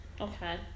Okay